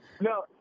No